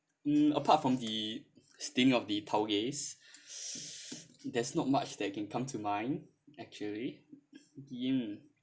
mm apart from the stink of the tau gays there's not much that can come to mine actually mm